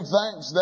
thanks